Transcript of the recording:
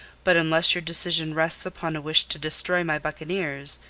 but unless your decision rests upon a wish to destroy my buccaneers,